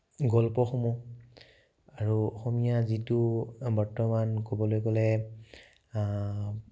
গল্পসমূহ আৰু অসমীয়া যিটো বৰ্তমান ক'বলৈ গ'লে